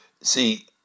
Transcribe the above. See